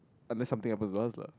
unless something happens to us lah